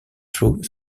through